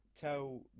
tell